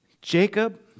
Jacob